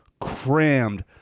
crammed